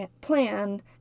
plan